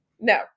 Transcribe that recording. No